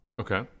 Okay